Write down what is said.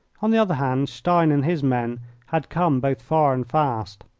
on the other hand, stein and his men had come both far and fast.